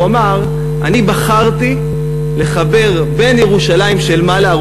הוא אמר: אני בחרתי לחבר בין ירושלים של מעלה,